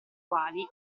quali